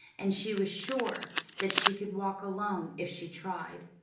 and she was sure that she could walk alone if she tried.